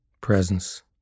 presence